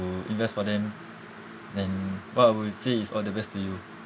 invest for them then what I would say is all the best to you